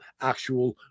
actual